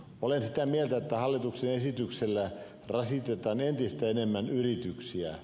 olen sitä mieltä että hallituksen esityksellä rasitetaan entistä enemmän yrityksiä